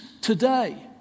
today